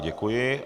Děkuji.